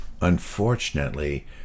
Unfortunately